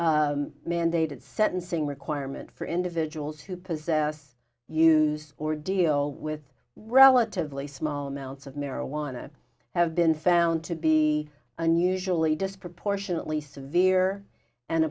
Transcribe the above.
mandated sentencing requirement for individuals who possess use or deal with relatively small amounts of marijuana have been found to be unusually disproportionately severe and